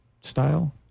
style